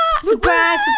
Surprise